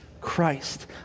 Christ